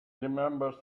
remembered